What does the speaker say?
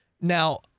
Now